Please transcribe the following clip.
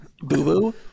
boo-boo